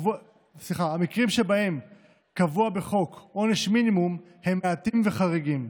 המקרים שבהם עונש מינימום קבוע בחוק הם מעטים וחריגים.